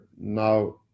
now